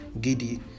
giddy